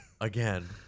again